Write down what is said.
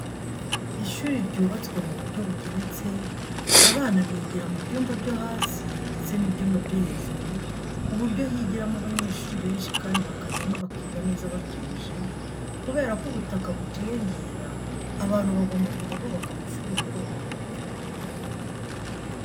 Ishuri ryubatswe mu buryo bugeretse abana bigira mu byumba byo hasi ndetse n'ibyumba byo hejuru ku buryo higiramo abanyeshuri benshi kandi bakajyamo bakiga neza batuje, kubera ko ubutaka butiyongera abantu bagomba kujya bubaka amashuri muri ubu buryo.